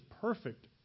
perfect